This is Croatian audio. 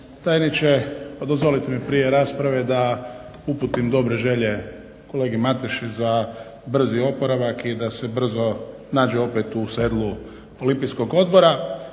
tajniče pa dozvolite mi prije rasprave da uputim dobre želje kolegi Mateši za brzi oporavak i da se brzo nađe opet u sedlu Olimpijskog odbora.